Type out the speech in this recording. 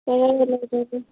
ꯀꯔꯤ ꯍꯥꯏꯅꯣ ꯑꯅꯝꯕ ꯇꯥꯗꯦ